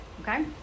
Okay